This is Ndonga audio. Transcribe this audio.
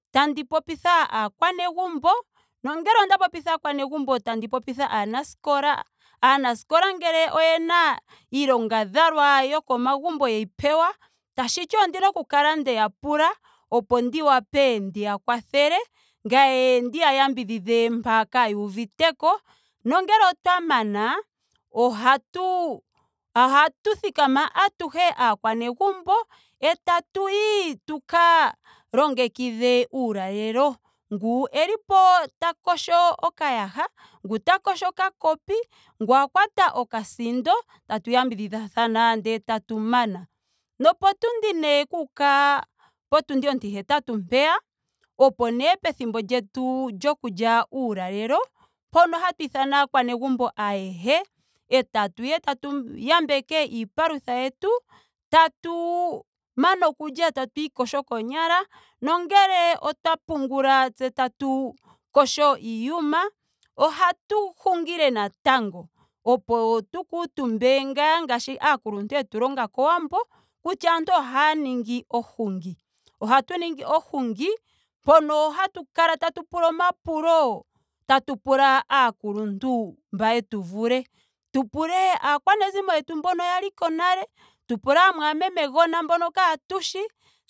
Tandi popitha aakwanegumbo. nongele onda popitha aakwanegumbo. tandi popitha aanaskola. aanaskola ngele oyena iilongadhalwa yokomagumbo yeyi pewa. tashiti ondina oku kala ndeya pula opo ndi wape ndiya kwathele ngame ndiya yambidhidhe mpoka kaaya uviteko. Nongele otwa mana. ohatu ohatu thikama atuhe aakwanegumbo etatu yi tuka longekidhe uulalelo. Ngu elipota yogo okayaha. ngu ta yogo okakopi. ngu a kwata okasindo. tatu yambidhithathana ndele etatu mana. Nopundi nee okuuka potundi ontihetatu mpeya opo nee pethimbo lyetu lyoku lya uulalelo. mpono hatu ithana aakwanegumbo ayehe. etatu ya etatu yambeke iipalutha yetu. tatu mana okulya etatu iyogo koonyala. nongele otwa pungula tse tatu yogo iiyuma. Ohatu hungile natango opo tu kuutuumbe ngaa ngaashi aakuluntu yetu longa kowambo. kutya aantu haya ningi ohungi. Ohatu ningi ohungi mpono hatu kala tatu pula omapulo. tatu pula aakuluntu mba yetu vule. Tu pule aakwanezimo yetu mbono yaliko nale. tu pule aamwamemegona mbono kaatushi